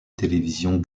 télévision